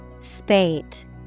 Spate